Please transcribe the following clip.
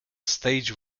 stage